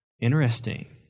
Interesting